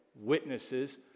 witnesses